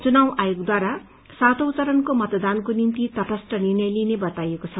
चुनाव आयोगद्वारा सातौं चरणको मतदानको निम्ति तटस्थ निर्णय लिइने बताइएको छ